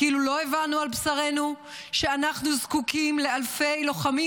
כאילו לא הבנו על בשרנו שאנחנו זקוקים לאלפי לוחמים